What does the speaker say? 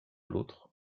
l’autre